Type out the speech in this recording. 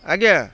ଆଜ୍ଞା